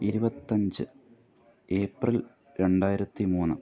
ഇരുപത്തഞ്ച് ഏപ്രിൽ രണ്ടായിരത്തി മൂന്ന്